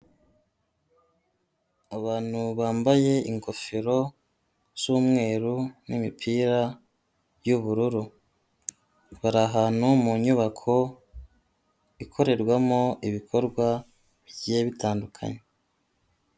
Abantu bambaye ingofero z'umweru n'imipira y'ubururu. Bari ahantu mu nyubako, ikorerwamo ibikorwa bigiye bitandukanye.